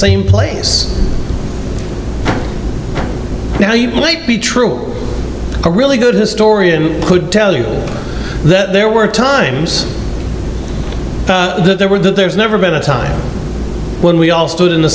same place now you might be true a really good historian could tell you that there were times that there were that there's never been a time when we all stood in the